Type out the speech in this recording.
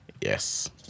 Yes